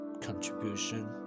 contribution